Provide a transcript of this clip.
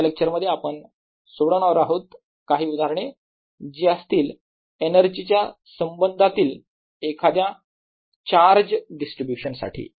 पुढच्या लेक्चर मध्ये आपण सोडवणार आहोत काही उदाहरणे जी असतील एनर्जीच्या संबंधातील एखाद्या चार्ज डिस्ट्रीब्यूशन साठी